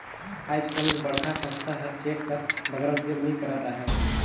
आएज कोनोच बड़खा संस्था हर चेक कर बगरा उपयोग नी करत अहे